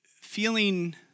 feeling